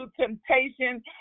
temptation